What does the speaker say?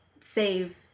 save